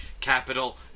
capital